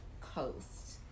Coast